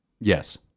Yes